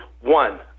one